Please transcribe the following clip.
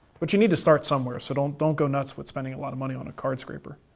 but you need to start somewhere, so don't don't go nuts with spending a lot of money on a card scraper.